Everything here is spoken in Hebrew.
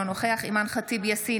אינו נוכח אימאן ח'טיב יאסין,